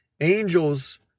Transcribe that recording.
Angels